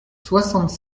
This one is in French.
soixante